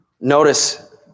Notice